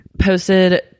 posted